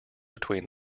between